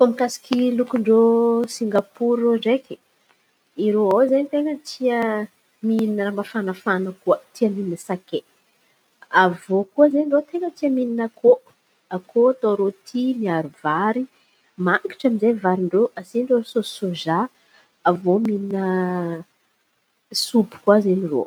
I koa mikasika lokin-drô Singapory, iô ndraiky irô ao zen̈y ten̈a tia mihina mafanafana koa tia mhina sakay. Avô koa zen̈y irô tena tia mihin̈a akôho, akôho atao rôty miaro vary. Mangitry amizay varin-drô asian-drô sôsy sôza. Avô mihin̈a sopy koa izen̈y irô.